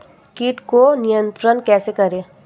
कीट को नियंत्रण कैसे करें?